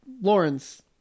Lawrence